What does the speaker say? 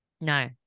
no